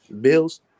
Bills